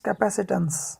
capacitance